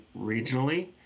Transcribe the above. regionally